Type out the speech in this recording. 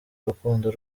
urukundo